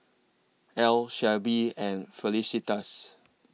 Al Shelby and Felicitas